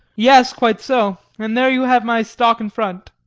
yes, quite so, and there you have my stock and front.